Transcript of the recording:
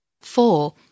Four